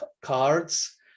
cards